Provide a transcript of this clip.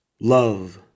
Love